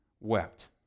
wept